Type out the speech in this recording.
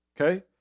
okay